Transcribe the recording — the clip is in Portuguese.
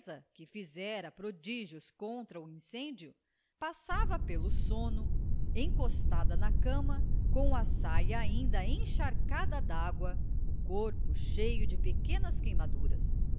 que fizera prodígios contra o incêndio passava pelo sono encostada na cama com a saia ainda encharcada de água o corpo cheio de pequenas queimaduras